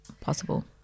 possible